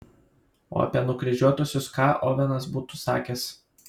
o apie nukryžiuotuosius ką ovenas būtų sakęs